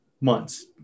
months